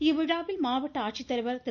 இவ்விழாவில் மாவட்ட ஆட்சித்தலைவர் திரு